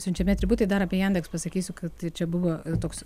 siunčiami atributai dar apie jandeks pasakysiu kad čia buvo toks